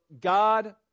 God